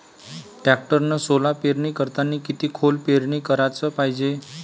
टॅक्टरनं सोला पेरनी करतांनी किती खोल पेरनी कराच पायजे?